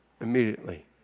immediately